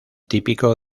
típico